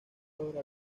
ahora